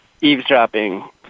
eavesdropping